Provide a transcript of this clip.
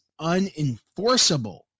unenforceable